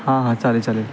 हां हां चालेल चालेल